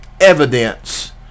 evidence